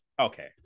Okay